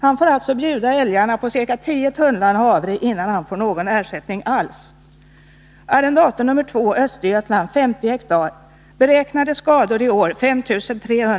Han får alltså bjuda älgarna på 10 tunnland havre innan han får någon ersättning alls.